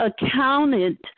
accounted